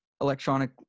electronic